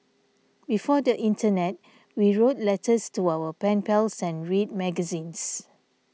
before the internet we wrote letters to our pen pals and read magazines